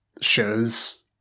shows